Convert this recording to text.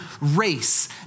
race